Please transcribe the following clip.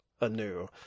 anew